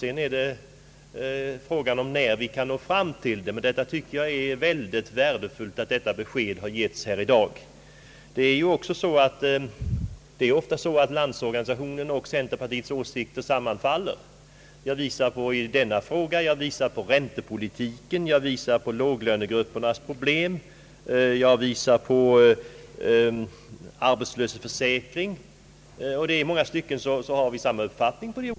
Sedan är frågan när vi kan nå fram till detta, men det är dock värdefullt att vi fått detta besked i dag. Det är ofta så att Landsorganisationens och centerpartiets åsikter sammanfaller. Jag kan visa på denna fråga, på räntepolitiken, låglönegruppernas problem, arbetslöshetsförsäkringen — i många stycken har vi samma uppfattning.